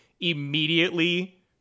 immediately